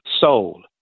soul